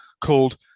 called